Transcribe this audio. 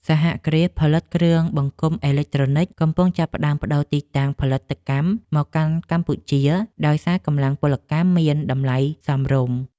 សហគ្រាសផលិតគ្រឿងបង្គុំអេឡិចត្រូនិកកំពុងចាប់ផ្តើមប្តូរទីតាំងផលិតកម្មមកកាន់កម្ពុជាដោយសារកម្លាំងពលកម្មមានតម្លៃសមរម្យ។